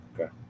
Okay